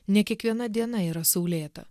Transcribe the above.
ne kiekviena diena yra saulėta